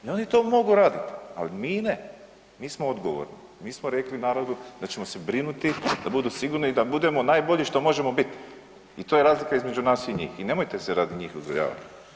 I oni to mogu radit, ali mi ne, mi smo odgovorni, mi smo rekli narodu da ćemo se brinuti da budu sigurni i da budemo najbolji što možemo bit i to je razlika između nas i njih i nemojte se radi njih uzrujavati.